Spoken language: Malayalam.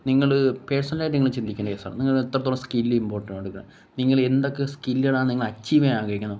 നിങ്ങള് പേഴ്സണലായിട്ട് നിങ്ങള് ചിന്തിക്കേണ്ട കേസാണ് നിങ്ങള് എത്രത്തോളം സ്കില്ലിമ്പോട്ടൻറ്റ് കൊടുക്കുന്നത് നിങ്ങളെന്തൊക്കെ സ്കില്ലുകളാണ് നിങ്ങള് അച്ചീവ് ചെയ്യാനാഗ്രഹിക്കുന്നത്